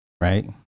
Right